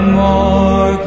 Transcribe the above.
more